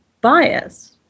bias